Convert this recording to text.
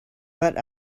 but